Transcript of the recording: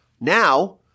Now